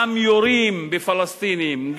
גם יורים בפלסטינים,